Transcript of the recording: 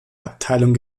abteilung